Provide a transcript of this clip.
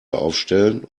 aufstellen